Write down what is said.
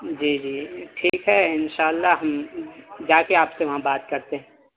جی جی ٹھیک ہے انشاء اللہ ہم جا کے آپ سے وہاں بات کرتے ہیں